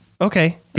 okay